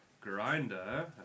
grinder